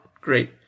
great